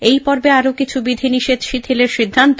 এই পর্বে আরও কিছু বিধিনিষেধ শিথিলের সিদ্ধান্ত